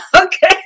Okay